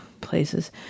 places